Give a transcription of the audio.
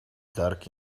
dark